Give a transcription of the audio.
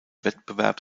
wettbewerb